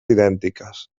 idèntiques